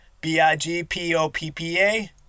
B-I-G-P-O-P-P-A